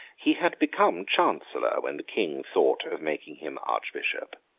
he had become chancellor, when the king thought of making him archbishop.